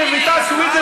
רויטל סויד,